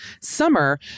summer